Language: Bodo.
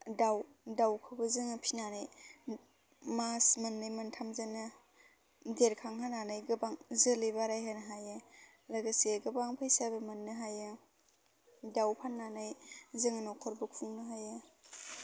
दाव दावखौबो जोङो फिसिनानै मास मोननै मोनथामजोंनो देरखांहोनानै गोबां जोलै बारायहोनो हायो लोगोसे गोबां फैसाबो मोननो हायो दाव फाननानै जोङो न'खरखौ खुंनो हायो